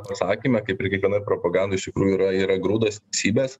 pasakyme kaip ir kiekvienoj propagandoj iš tikrųjų yra yra grūdas teisybės